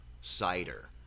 cider